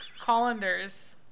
colanders